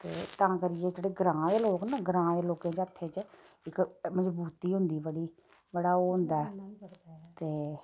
ते तां करियै जेह्डे ग्रांऽ दे लोक न ग्रांऽ दे लोकें दे हत्थें च इक मजबूती होंदी बड़ी बड़ा ओह् होंदा ऐ ते